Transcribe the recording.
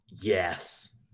Yes